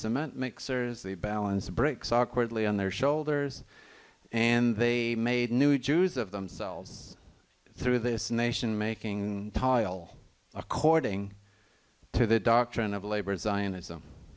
cement mixer is the balance of bricks awkwardly on their shoulders and they made new jews of themselves through this nation making toil according to the doctrine of labor zionism